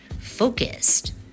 focused